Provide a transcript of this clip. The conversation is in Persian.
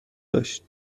داشت